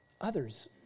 Others